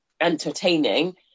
entertaining